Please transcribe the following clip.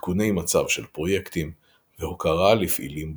עדכוני מצב של פרויקטים, והוקרה לפעילים בולטים.